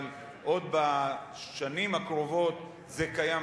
אבל בשנים הקרובות זה עוד קיים,